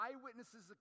eyewitnesses